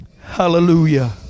Hallelujah